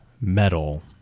metal